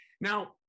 Now